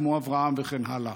כמו אברהם וכן הלאה.